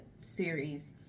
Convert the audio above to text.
series